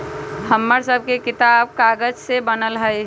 हमर सभके किताब कागजे से बनल हइ